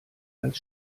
als